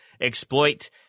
exploit